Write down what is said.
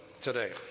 today